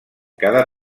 cada